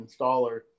installer